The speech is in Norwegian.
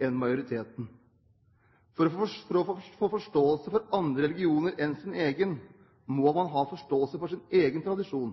enn majoriteten. For å få forståelse for andre religioner enn sin egen må man ha forståelse for sin egen tradisjon.